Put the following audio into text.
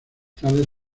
tarde